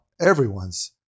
everyone's